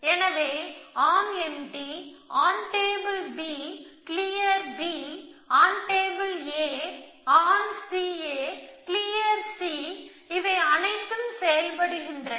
எனவே arm empty on table B clear B on table A on C A clear C இவை செயல்படுகின்றன